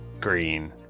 green